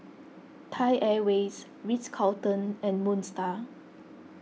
Thai Airways Ritz Carlton and Moon Star